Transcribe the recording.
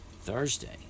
Thursday